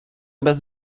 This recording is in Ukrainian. без